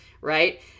right